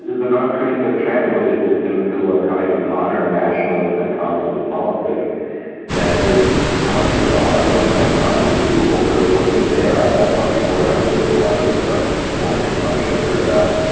the north koreans have translated this into a kind of modern nationalist and communist politics that is quite bizarre and and unbelievable really when you're there. i like thought before i went there that a lot of this stuff was for foreign consumption, it turns out